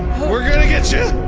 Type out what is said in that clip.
we're gonna get ya!